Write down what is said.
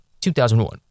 2001